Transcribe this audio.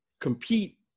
compete